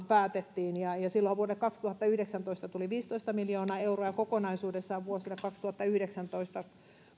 päätettiin silloin vuonna kaksituhattayhdeksäntoista tuli viisitoista miljoonaa euroa ja vuosina kaksituhattayhdeksäntoista viiva